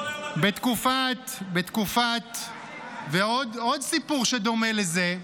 כל היום --- ועוד סיפור שדומה לזה: